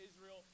Israel